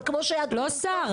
אבל כמו ש- -- לא שר,